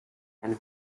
and